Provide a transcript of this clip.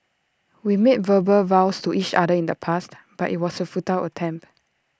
we made verbal vows to each other in the past but IT was A futile attempt